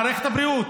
למערכת הבריאות.